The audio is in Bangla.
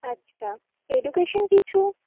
আচ্ছা এডুকেশন কিছু